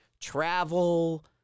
travel